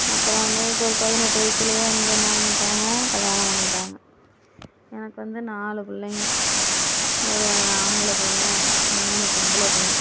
அப்புறம் வந்து எனக்கு ஒரு பதினெட்டு வயதுலேயே வந்து என்ன பண்ணிட்டாங்க கல்யாணம் பண்ணிட்டாங்க எனக்கு வந்து நாலு பிள்ளைங்க ஒரு ஆம்பளை பையன் மூணும் பொம்பளை பெண்ணு